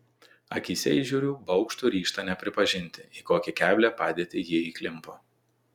akyse įžiūriu baugštų ryžtą nepripažinti į kokią keblią padėtį ji įklimpo